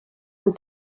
amb